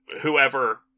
whoever